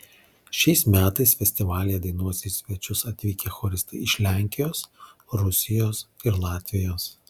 šiais metais festivalyje dainuos į svečius atvykę choristai iš lenkijos rusijos ir latvijos